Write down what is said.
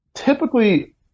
Typically